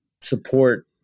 support